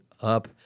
up